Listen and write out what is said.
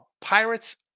Pirates